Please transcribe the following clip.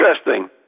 Interesting